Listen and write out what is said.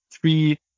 three